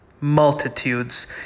multitudes